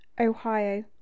Ohio